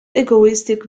egoistic